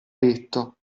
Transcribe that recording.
detto